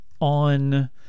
on